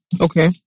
Okay